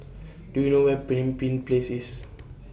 Do YOU know Where Pemimpin Places